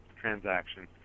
transaction